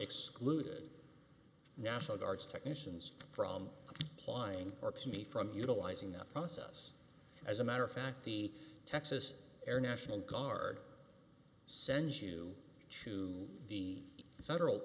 excluded national guards technicians from plying me from utilizing the process as a matter of fact the texas air national guard sends you to chew the federal